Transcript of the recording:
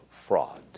fraud